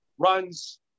runs